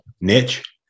niche